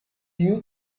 you